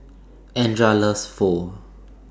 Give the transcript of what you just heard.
Andria loves Pho